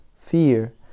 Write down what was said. fear